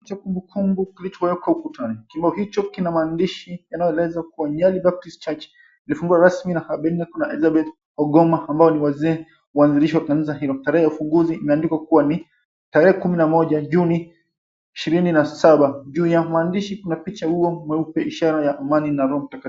Cha kumbukumbu kilichowekwa ukutani. Kibao hicho kina maandishi yanayoeleza kuwa Nyali Baptist Church ilifunguliwa rasmi na Abednego na Elizabeth Ongoma ambao ni wazee waanzilishi wa kanisa hilo. Tarehe ya ufunguzi imeandikwa kuwa ni tarehe kumi na moja Juni ishirini na saba. Juu ya maandishi kuna picha ya ua mweupe ishara ya amani na roho mtakatifu.